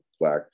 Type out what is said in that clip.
Black